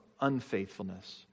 unfaithfulness